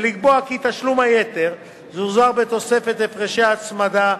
ולקבוע כי תשלום היתר יוחזר בתוספת הפרשי הצמדה,